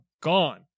gone